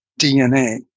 DNA